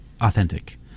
authentic